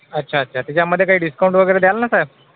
अच्छा अच्छा तेच्यामधे काही डिस्काउंट वगैरे द्याल ना सर